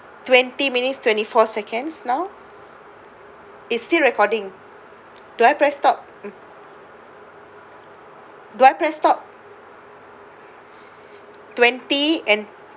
twenty minutes twenty four seconds now it's still recording do I press stop mm do I press stop twenty and